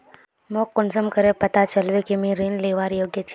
मोक कुंसम करे पता चलबे कि मुई ऋण लुबार योग्य छी?